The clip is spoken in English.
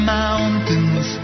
mountains